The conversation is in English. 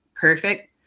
perfect